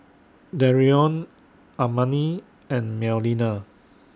Darion Amani and Melina